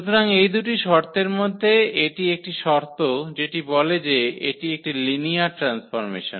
সুতরাং এই দুটি শর্তের মধ্যে এটি একটি শর্ত যেটি বলে যে এটি একটি লিনিয়ার ট্রান্সফর্মেশন